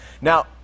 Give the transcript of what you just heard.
Now